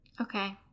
Okay